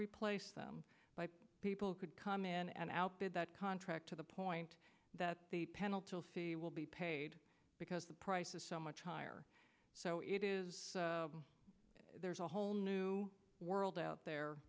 replace them people could come in and out bid that contract to the point that the penalty will be paid because the price is so much higher so it is there's a whole new world out there